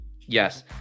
Yes